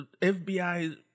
FBI